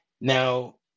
Now